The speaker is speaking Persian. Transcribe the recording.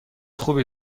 خوبی